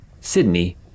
Sydney